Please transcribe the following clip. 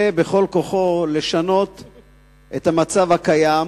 בכל כוחו לשנות את המצב הקיים